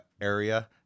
area